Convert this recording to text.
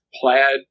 plaid